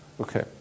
Okay